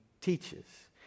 teaches